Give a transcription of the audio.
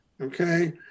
okay